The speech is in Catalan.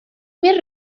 més